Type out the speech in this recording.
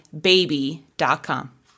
baby.com